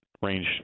range